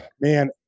Man